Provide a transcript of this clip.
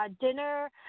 dinner